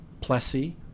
Plessy